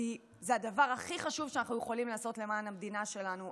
כי זה הדבר הכי חשוב שאנחנו יכולים לעשות למען המדינה שלנו.